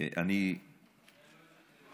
עדיין לא התאקלמה.